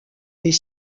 est